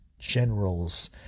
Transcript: generals